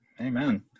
Amen